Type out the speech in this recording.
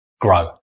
grow